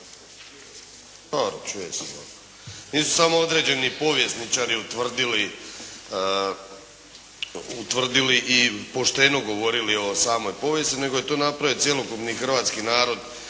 Nisu samo određeni povjesničari utvrdili i pošteno govorili o samoj povijesti nego